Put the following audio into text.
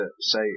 say